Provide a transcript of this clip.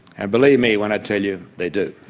and believe me when i tell you, they do.